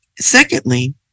Secondly